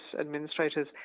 administrators